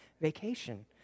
vacation